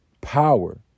power